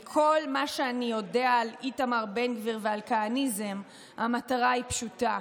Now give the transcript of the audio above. מכל מה שאני יודע על איתמר בן גביר ועל כהניזם המטרה היא פשוטה,